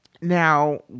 Now